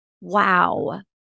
wow